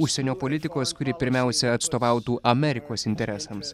užsienio politikos kuri pirmiausia atstovautų amerikos interesams